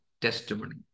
testimony